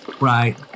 right